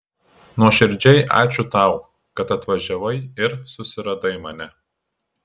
nuoširdžiai ačiū tau kad atvažiavai ir susiradai mane